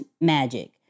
magic